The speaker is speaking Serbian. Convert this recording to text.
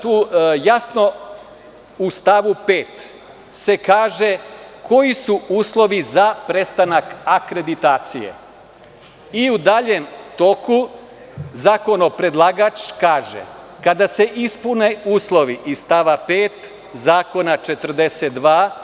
Tu se jasno u stavu 5. kaže koji su uslovi za prestanak akreditacije i u daljem toku zakonopredlagač kaže: „Kada se ispune uslovi iz stava 5. člana 42.